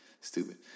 stupid